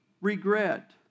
regret